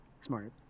Smart